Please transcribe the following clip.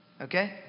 Okay